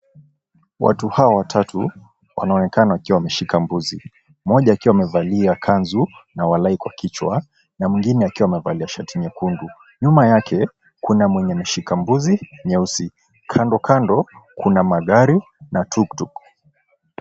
Watu hawa watatu, wanaonekana wakiwa wameshika mbuzi. Moja akiwa amevalia kanzu na walahi kwa kichwa na mwengine akiwa amevalia shati nyekundu. Nyuma yake, kuna mwenye ameshika mbuzi nyeusi. Kandokando, kuna magari na tuktuk.